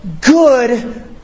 good